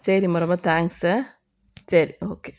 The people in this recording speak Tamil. சரிம்மா ரொம்ப தேங்க்ஸு சரி ஓகே